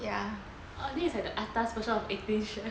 this is like the atas version of eighteen chefs